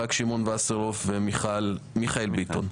יצחק שמעון וסרלאוף ומיכאל ביטון.